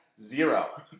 Zero